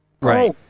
Right